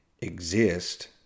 exist